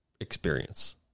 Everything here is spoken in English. experience